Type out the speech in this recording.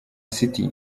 city